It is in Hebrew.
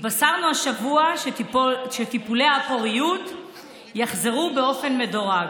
התבשרנו השבוע שטיפולי הפוריות יחזרו באופן מדורג,